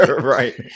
Right